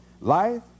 Life